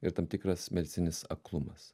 ir tam tikras medicininis aklumas